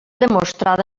demostrada